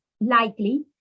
likely